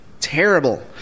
terrible